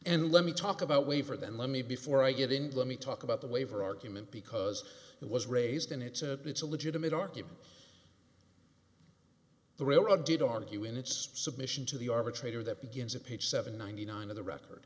and let me talk about waiver then let me before i get in let me talk about the waiver argument because it was raised and it's a it's a legitimate argument the railroad did argue in its submission to the arbitrator that begins at page seven ninety nine of the record